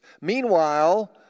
Meanwhile